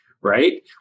right